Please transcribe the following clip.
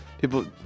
people